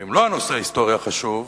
ואם לא הנושא ההיסטורי הוא החשוב,